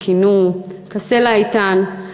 שכינוהו "כסלע איתן",